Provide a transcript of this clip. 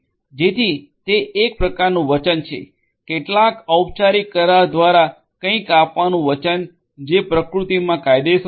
જેથી તે એક પ્રકારનું વચન છે કેટલાક ઓપચારિક કરાર દ્વારા કંઈક આપવાનું વચન જે પ્રકૃતિમાં કાયદેસર હોય છે